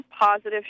positive